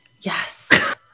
Yes